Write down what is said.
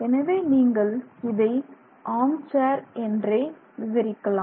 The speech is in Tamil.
எனவே நீங்கள் இதை ஆர்ம் சேர் என்றே விவரிக்கலாம்